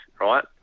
right